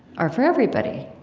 are for everybody